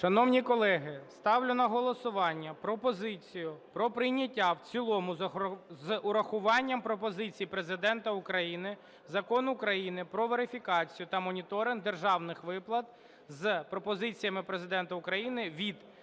Шановні колеги, ставлю на голосування пропозицію про прийняття в цілому з урахуванням пропозицій Президента України Закону України "Про верифікацію та моніторинг державних виплат" з пропозиціями Президента України від